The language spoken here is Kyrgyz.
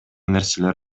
нерселер